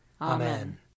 Amen